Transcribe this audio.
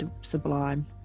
sublime